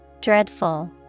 Dreadful